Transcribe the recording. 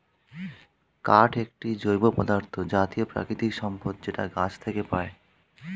কাঠ একটি জৈব পদার্থ জাতীয় প্রাকৃতিক সম্পদ যেটা গাছ থেকে পায়